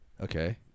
Okay